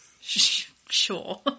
Sure